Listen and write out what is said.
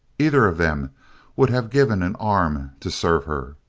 either of them would have given an arm to serve her.